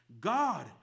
God